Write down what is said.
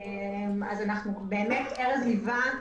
אם תהיה ועדת חקירה ממלכתית או לא.